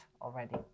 already